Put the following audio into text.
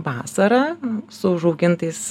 vasarą su užaugintais